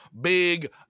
big